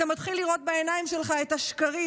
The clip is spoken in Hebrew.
אתה מתחיל לראות בעיניים שלך את השקרים